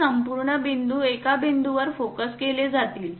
हे संपूर्ण बिंदू एका बिंदूवर फोकस केले जातील